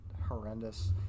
horrendous